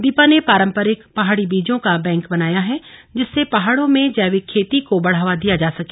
दीपा ने पारम्परिक पहाड़ी बीजो का बैंक बनाया है जिससे पहाड़ो में जैविक खेती को बढ़ावा दिया जा सके